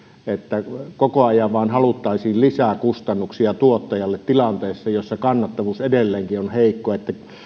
että koko ajan haluttaisiin vain lisää kustannuksia tuottajalle tilanteessa jossa kannattavuus edelleenkin on heikko